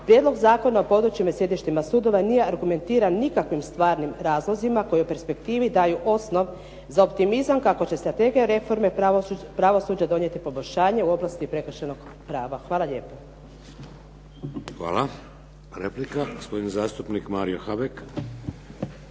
Prijedlog zakona o područjima i sjedištima sudova nije argumentiran nikakvim stvarnim razlozima koji u perspektivi daju osnov za optimizam kako će strategija reforme pravosuđa donijeti poboljšanje u oblasti prekršajnog prava. Hvala lijepo. **Šeks, Vladimir (HDZ)** Hvala. Replika, gospodin zastupnik Mario Habek.